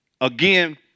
Again